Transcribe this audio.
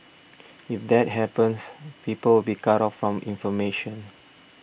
if that happens people will be cut off from information